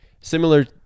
Similar